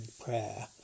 prayer